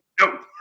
No